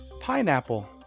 pineapple